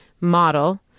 model